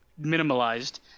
minimalized